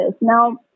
Now